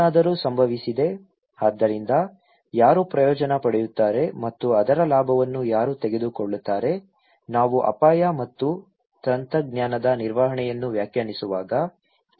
ಏನಾದರೂ ಸಂಭವಿಸಿದೆ ಅದರಿಂದ ಯಾರು ಪ್ರಯೋಜನ ಪಡೆಯುತ್ತಾರೆ ಮತ್ತು ಅದರ ಲಾಭವನ್ನು ಯಾರು ತೆಗೆದುಕೊಳ್ಳುತ್ತಾರೆ ನಾವು ಅಪಾಯ ಮತ್ತು ತಂತ್ರಜ್ಞಾನದ ನಿರ್ವಹಣೆಯನ್ನು ವ್ಯಾಖ್ಯಾನಿಸುವಾಗ ಇವುಗಳನ್ನು ಪರಿಗಣಿಸಬೇಕು